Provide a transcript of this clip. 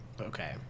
Okay